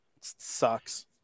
Sucks